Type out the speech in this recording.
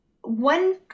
one